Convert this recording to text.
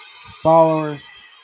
followers